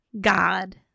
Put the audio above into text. God